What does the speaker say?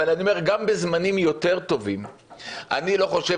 אבל אני אומר שגם בזמנים יותר טובים אני לא חושב